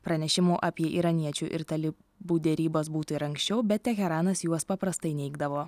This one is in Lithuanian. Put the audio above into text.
pranešimų apie iraniečių ir tali bų derybas būtų ir anksčiau bet teheranas juos paprastai neigdavo